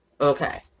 Okay